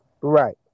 Right